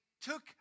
took